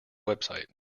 website